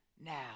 now